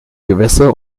gewässer